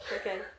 Okay